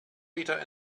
wieder